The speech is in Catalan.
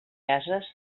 ases